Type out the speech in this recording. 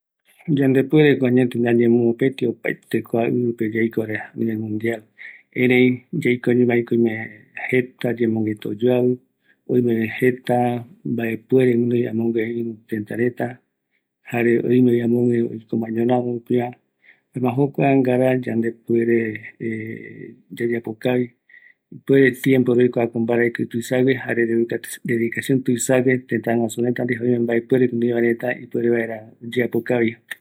Pande puere teiko, ereï oime jeta oyoavɨ yembongueta, oime tëtäguasu reta imbaepuereyeye, oime ñomotarëï, jaema yavai kua teko, mbaetɨ yave mboroaɨu, yomboete kua ngara oipota va